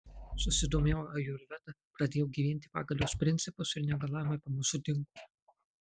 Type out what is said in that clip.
susidomėjau ajurveda pradėjau gyventi pagal jos principus ir negalavimai pamažu dingo